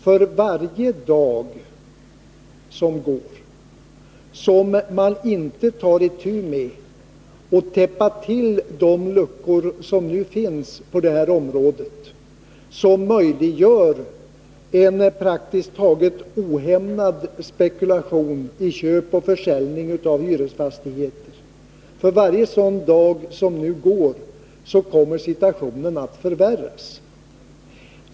För varje dag som går utan att man tar itu med att täppa till de luckor som nu finns på det här området och som möjliggör en praktiskt taget ohämmad spekulation i köp och försäljning av hyresfastigheter kommer situationen att förvärras.